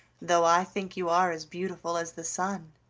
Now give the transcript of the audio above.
though i think you are as beautiful as the sun.